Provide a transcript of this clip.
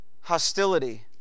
hostility